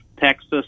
Texas